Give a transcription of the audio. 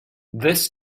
this